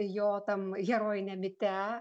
jo tam herojiniam mite